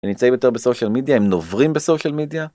נמצאים יותר בסושיל מידיה, הם נוברים בסושיל מידיה.